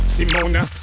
Simona